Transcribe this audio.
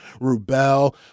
Rubel